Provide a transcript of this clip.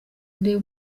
ndeba